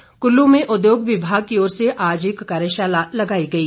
कार्यशाला कुल्लू में उद्योग विभाग की ओर से आज एक कार्यशाला लगाई गई